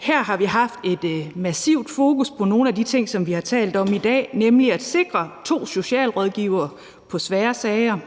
Her har vi haft et massivt fokus på nogle af de ting, som vi har talt om i dag, nemlig at sikre to socialrådgivere på svære sager.